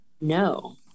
No